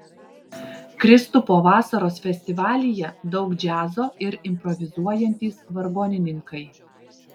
kristupo vasaros festivalyje daug džiazo ir improvizuojantys vargonininkai